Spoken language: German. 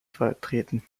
vertreten